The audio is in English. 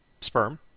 sperm